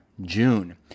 June